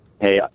hey